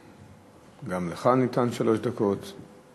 גם לך ניתן שלוש דקות.